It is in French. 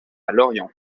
lorient